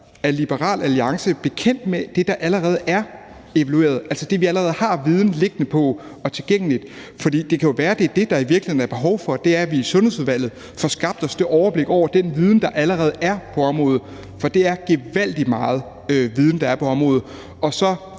Er Liberal Alliance bekendt med det, der allerede er evalueret, altså det, vi allerede har tilgængelig viden liggende om? Det kan jo være, at det, der i virkeligheden er behov for, er, at vi i Sundhedsudvalget får skabt os et overblik over den viden, der allerede er på området – for det er gevaldig meget viden, der er på området